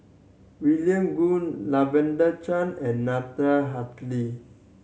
William Goode Lavender Chang and Natalie Hennedige